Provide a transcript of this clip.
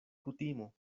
kutimo